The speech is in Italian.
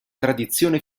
tradizione